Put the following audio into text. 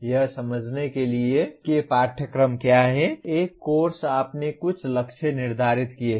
यह समझने के लिए कि पाठ्यक्रम क्या है एक कोर्स आपने कुछ लक्ष्य निर्धारित किए हैं